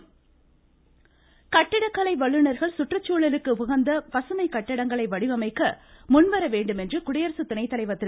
வெங்கையா நாயுடு கட்டிடக்கலை வல்லுனர்கள் சுற்றுச்சூழலுக்கு உகந்த பசுமைக்கட்டிடங்களை வடிவமைக்க முன்வரவேண்டும் என்று குடியரசுத்துணை தலைவர் திரு